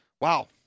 Wow